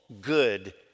good